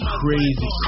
crazy